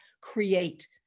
create